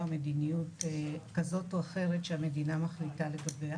ומדיניות כזאת או אחרת שהמדינה מחליטה לגביה.